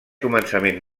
començament